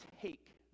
take